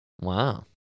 Wow